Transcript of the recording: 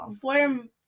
form